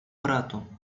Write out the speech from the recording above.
брату